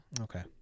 Okay